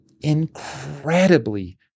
incredibly